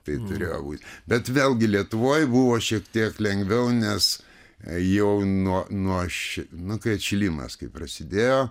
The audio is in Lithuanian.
tai turėjo būti bet vėlgi lietuvoj buvo šiek tiek lengviau nes jau nuo nuo ši nu kai atšilimas kai prasidėjo